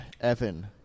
Evan